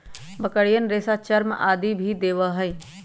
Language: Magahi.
बकरियन रेशा, चर्म आदि भी देवा हई